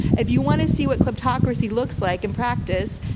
if you want to see what kleptocracy looks like in practice,